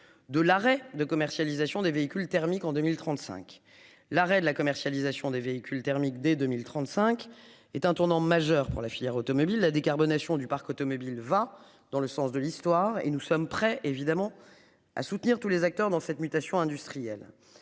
de l'arrêt de commercialisation des véhicules thermiques en 2035 l'arrêt de la commercialisation des véhicules thermiques dès 2035 est un tournant majeur pour la filière automobile la décarbonation du parc automobile va dans le sens de l'histoire et nous sommes prêts évidemment à soutenir tous les acteurs dans cette mutation industrielle.